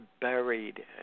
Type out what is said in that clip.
buried